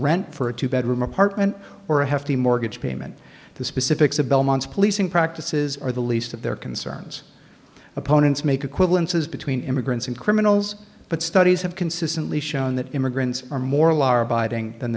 rent for a two bedroom apartment or a hefty mortgage payment the specifics of belmont's policing practices are the least of their concerns opponents make equivalences between immigrants and criminals but studies have consistently shown that immigrants are more law abiding than